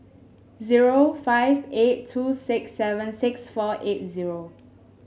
zero five eight two six seven six four eight zero